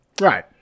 right